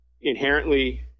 inherently